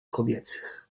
kobiecych